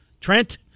Trent